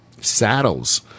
saddles